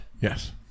Yes